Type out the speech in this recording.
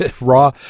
Raw